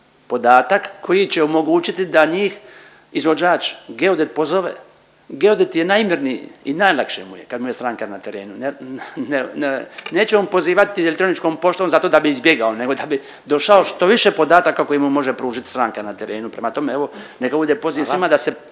podatak koji će omogućiti da njih izvođač geodet pozove. Geodet je najmirniji i najlakše mu je kad mu je stranka na terenu. Neće on pozivati elektroničkom poštom zato da bi izbjegao nego da bi došao što više podataka o koji mu može pružit stranka na terenu. Prema tome, evo neka bude poziv svima